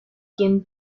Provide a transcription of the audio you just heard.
quien